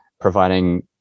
providing